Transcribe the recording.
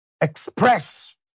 express